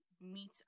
meet